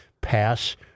pass